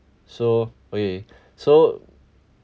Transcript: so okay so